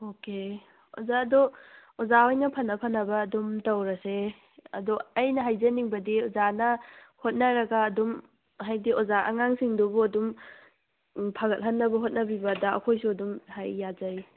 okay ꯑꯣꯖꯥ ꯑꯗꯣ ꯑꯣꯖꯥ ꯍꯣꯏꯅ ꯐꯅ ꯐꯅꯕ ꯑꯗꯨꯝ ꯇꯧꯔꯁꯦ ꯑꯗꯣ ꯑꯩꯅ ꯍꯥꯏꯖꯅꯤꯡꯕꯗꯤ ꯑꯣꯖꯥꯅ ꯍꯣꯠꯅꯔꯒ ꯑꯗꯨꯝ ꯍꯥꯏꯗꯤ ꯑꯣꯖꯥ ꯑꯉꯥꯡꯁꯤꯡꯗꯨꯕꯨ ꯑꯗꯨꯝ ꯐꯒꯠꯍꯟꯅꯕ ꯍꯣꯠꯅꯕꯤꯕꯗ ꯑꯩꯈꯣꯏꯁꯨ ꯑꯗꯨꯝ ꯌꯥꯖꯩ